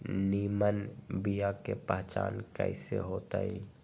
निमन बीया के पहचान कईसे होतई?